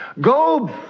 Go